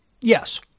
Yes